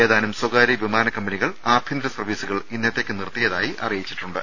ഏതാനും സ്വകാരൃ വിമാന കമ്പനികൾ ആഭൃന്തര സർവ്വീ സുകൾ ഇന്നത്തേക്ക് നിർത്തിയതായി അറിയിച്ചിട്ടുണ്ട്